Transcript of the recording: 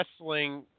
wrestling